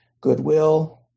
goodwill